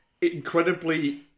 incredibly